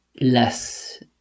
Less